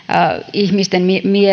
ihmisten